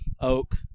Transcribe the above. Oak